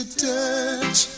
touch